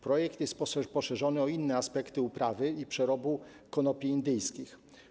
Projekt jest poszerzony o inne aspekty uprawy i przerobu konopi indyjskich.